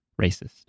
racist